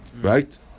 right